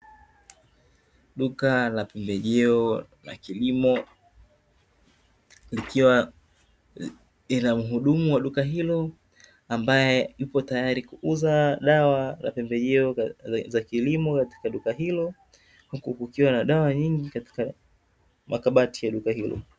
Duka la pembejeo la kilimo likiwa lina muhudumu wa duka hilo ambaye yuko tayari kuuza dawa za pembejeo za kilimo katika duka hilo huku kukiwa na dawa nyingi katika duka hilo.